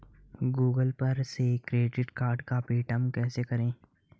Google पर से credit card का पेमेंट कैसे करें?